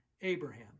Abraham